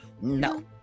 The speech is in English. No